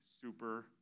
super